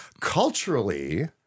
Culturally